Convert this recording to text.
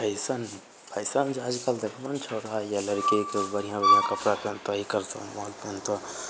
fashion fashion जे आजकल देखबहो ने छौरा या लड़कीके बढ़िआँ बढ़िआँ कपड़ा पेहन तऽ ई करतऽ